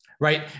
right